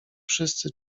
wszyscy